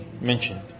mentioned